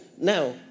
now